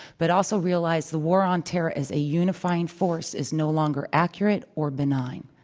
but also realize the war on terror as a unifying force is no longer accurate or benign.